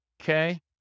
okay